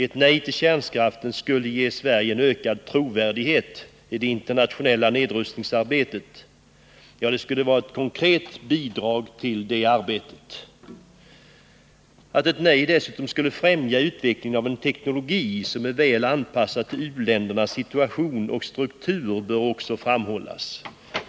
Ett nej till kärnkraften skulle ge Sverige en ökad trovärdighet i det internationella nedrustningsarbetet. Ja, det skulle vara ett konkret bidrag till detta arbete. Att ett nej dessutom skulle främja utvecklingen av en teknologi som är väl anpassad till u-ländernas situation och struktur bör också framhållas.